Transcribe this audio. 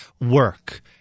work